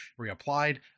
reapplied